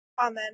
Amen